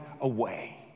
away